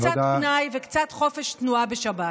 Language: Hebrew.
קצת פנאי וקצת חופש תנועה בשבת.